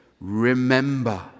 remember